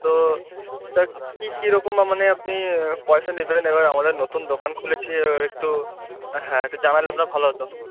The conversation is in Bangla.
তো তা কী কীরকম বা মানে আপনি পয়সা নেবেন এবার আমাদের নতুন দোকান খুলেছি এবার একটু হ্যাঁ একটু জানালে আপনার ভালো হতো